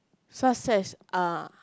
success ah